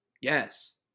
Yes